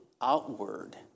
outward